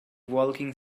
walking